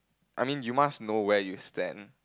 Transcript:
I mean you must know where you stand